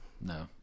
No